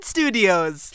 Studios